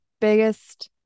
biggest